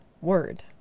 word